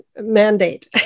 mandate